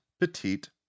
petite